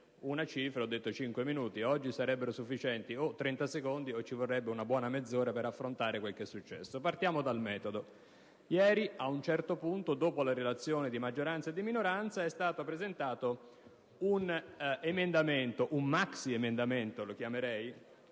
necessitavo di cinque minuti; oggi sarebbero sufficienti trenta secondi, oppure ci vorrebbe una buona mezz'ora, per affrontare quello che è successo. Partiamo dal metodo. Ieri, ad un certo punto, dopo le relazioni di maggioranza e di minoranza è stato presentato un maxiemendamento, così lo definirei,